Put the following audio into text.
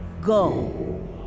go